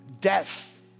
death